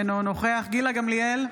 אינו נוכח גילה גמליאל,